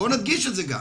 בואו נדגיש את זה גם.